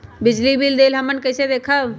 बिजली बिल देल हमन कईसे देखब?